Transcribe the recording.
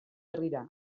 herrira